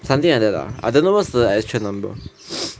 something like that lah I don't know what's the actual number